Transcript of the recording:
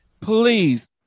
Please